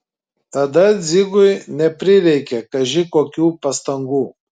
tada dzigui neprireikė kaži kokių pastangų